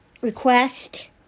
request